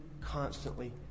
constantly